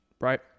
right